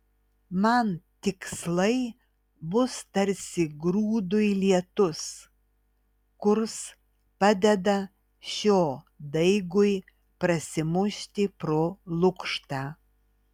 man tikslai bus tarsi grūdui lietus kurs padeda šio daigui prasimušti pro lukštą